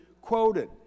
quoted